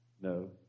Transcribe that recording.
no